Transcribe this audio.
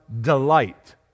delight